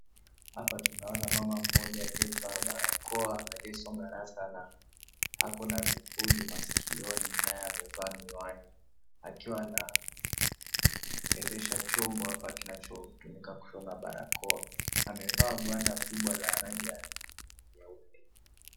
Hapa tunaona mama mmoja aliyevaa barakoa aliyesonga rasta na ako na vipuli masikioni naye amevaa miwani akiwa anaendesha chombo hapa kinachotumika kushona barakoa. Amevaa gwanda kubwa la rangi ya nyeupe.